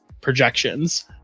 projections